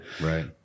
right